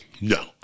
No